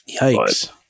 yikes